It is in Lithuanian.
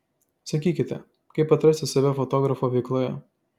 sakykite kaip atrasti save fotografo veikloje